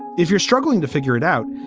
if you're struggling to figure it out,